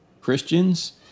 Christians